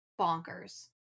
bonkers